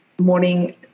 morning